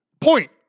point